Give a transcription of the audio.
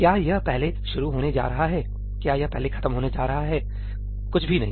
क्या यह पहले शुरू होने जा रहा है क्या यह पहले खत्म होने जा रहा है कुछ भी नहीं